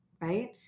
Right